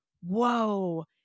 whoa